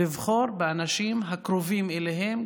לבחור באנשים הקרובים אליהם,